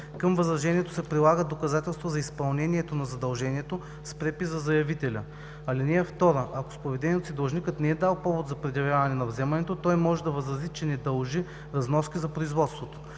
Към възражението се прилагат доказателства за изпълнението на задължението с препис за заявителя. (2) Ако с поведението си длъжникът не е дал повод за предявяване на вземането, той може да възрази, че не дължи разноски за производството.